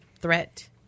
threat